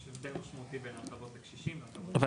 יש הבדל משמעותי בין הטבות לקשישים לבין הטבות --- אבל